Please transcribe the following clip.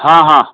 ହଁ ହଁ